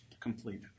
complete